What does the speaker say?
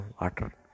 water